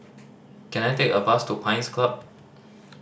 can I take a bus to Pines Club